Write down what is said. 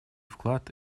вклад